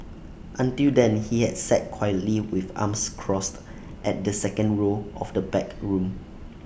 until then he had sat quietly with arms crossed at the second row of the packed room